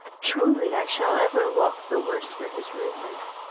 truly i shall ever walk the worse for his rudeness.